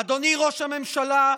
אדוני ראש הממשלה,